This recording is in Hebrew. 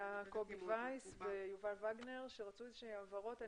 היה קובי וייס ויובל וגנר שרצו הבהרות.